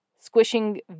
squishing